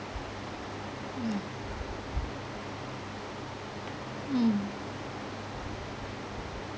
mm mm